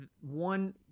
one